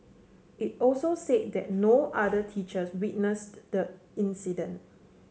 it also say that no other teachers witnessed the incident